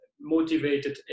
motivated